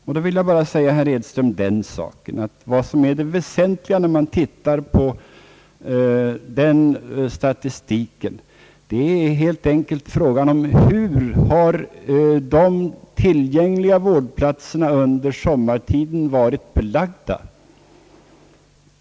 Jag vill bara säga herr Edström att vad som är det väsentliga när man tittar på statistiken är helt enkelt i vilken mån de tillgängliga vårdplatserna under sommartiden varit belagda.